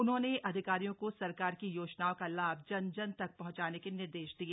उन्होंने अधिकारियों को सरकार की योजनाओं का लाभ जन जन तक पहंचाने के निर्देश दिए